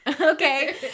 okay